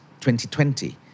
2020